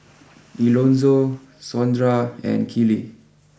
Elonzo Sondra and Kiley